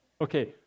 Okay